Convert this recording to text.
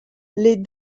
les